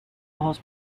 ojos